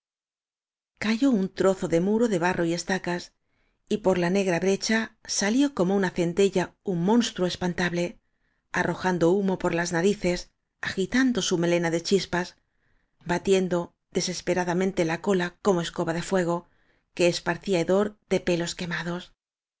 cayó un trozo de muro de barro y estacas y por la negra brecha salió como una centella un monstruo espantable arrojando humo pol las narices agitando su melena de chispas batiendo desesperadamente la cola como escoba de fuego que esparcía un hedor ele pelos quemados